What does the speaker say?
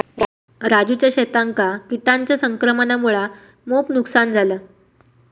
राजूच्या शेतांका किटांच्या संक्रमणामुळा मोप नुकसान झाला